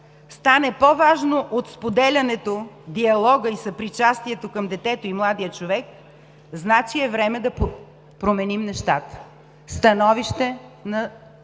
стане по-важно от споделянето, диалога и съпричастието към детето и младия човек, значи е време да променим нещата“. Становище на